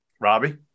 Robbie